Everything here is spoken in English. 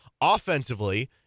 Offensively